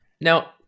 Now